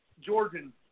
Georgian